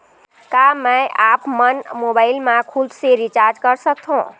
का मैं आपमन मोबाइल मा खुद से रिचार्ज कर सकथों?